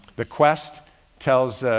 the quest tells, ah,